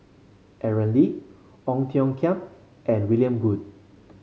Aaron Lee Ong Tiong Khiam and William Goode